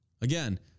Again